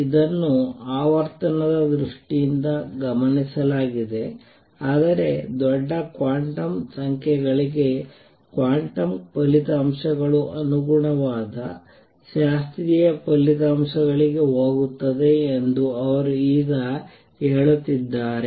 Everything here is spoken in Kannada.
ಇದನ್ನು ಆವರ್ತನದ ದೃಷ್ಟಿಯಿಂದ ಗಮನಿಸಲಾಗಿದೆ ಆದರೆ ದೊಡ್ಡ ಕ್ವಾಂಟಮ್ ಸಂಖ್ಯೆಗಳಿಗೆ ಕ್ವಾಂಟಮ್ ಫಲಿತಾಂಶಗಳು ಅನುಗುಣವಾದ ಶಾಸ್ತ್ರೀಯ ಫಲಿತಾಂಶಗಳಿಗೆ ಹೋಗುತ್ತವೆ ಎಂದು ಅವರು ಈಗ ಹೇಳುತ್ತಿದ್ದಾರೆ